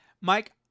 Mike